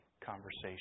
conversation